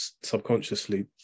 subconsciously